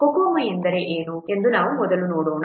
ಆದ್ದರಿಂದ COCOMO ಎಂದರೆ ಏನು ಎಂದು ನಾವು ಮೊದಲು ನೋಡೋಣ